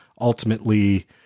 ultimately